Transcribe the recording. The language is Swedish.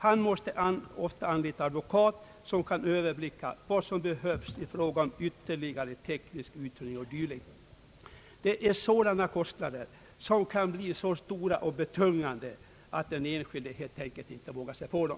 Han måste ofta anlita advokat som kan överblicka vad som behövs i fråga om ytterligare teknisk utredning o. d.» De kostnaderna kan bli så stora och betungande att den enskilde helt enkelt inte vågar sig på dem.